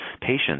patients